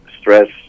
stress